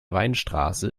weinstraße